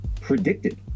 predicted